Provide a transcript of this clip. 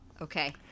Okay